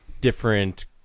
different